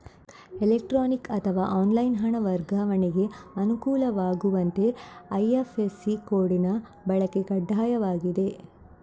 electronic ಅಥವಾ online ಹಣ ವರ್ಗಾವಣೆಗೆ ಅನುಕೂಲವಾಗುವಂತೆ ಐ.ಎಫ್.ಎಸ್.ಸಿ ಕೋಡಿನ ಬಳಕೆ ಕಡ್ಡಾಯವಾಗಿದೆ